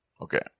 okay